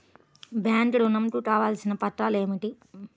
Bank ఋణం కు కావలసిన పత్రాలు ఏమిటి?